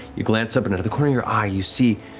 you glance up and out of the corner of your eye you see